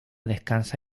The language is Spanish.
descansa